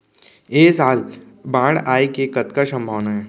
ऐ साल बाढ़ आय के कतका संभावना हे?